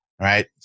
right